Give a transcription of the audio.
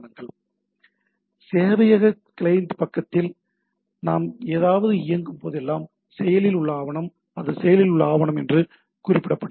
எனவே சேவையக கிளையன்ட் பக்கத்தில் நாம் ஏதாவது இயங்கும் போதெல்லாம் செயலில் உள்ள ஆவணம் அது செயலில் உள்ள ஆவணம் என்று குறிப்பிடப்படுகிறது